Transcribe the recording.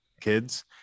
kids